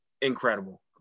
incredible